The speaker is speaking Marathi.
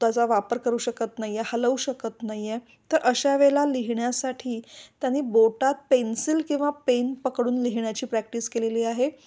त्याचा वापर करू शकत नाहीये हलवू शकत नाहीये तर अशा वळेला लिहिण्यासाठी त्यांनी बोटात पेन्सिल किंवा पेन पकडून लिहिण्याची प्रॅक्टिस केलेली आहे